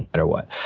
matter what.